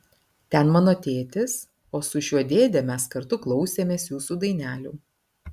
ten mano tėtis o su šiuo dėde mes kartu klausėmės jūsų dainelių